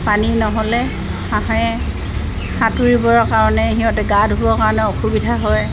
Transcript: পানী নহ'লে হাঁহে সাঁতুৰিবৰ কাৰণে সিহঁতে গা ধুবৰ কাৰণে অসুবিধা হয়